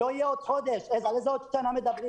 לא יהיה עוד חודש, על איזו שנה מדברים